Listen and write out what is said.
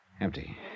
Empty